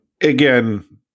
again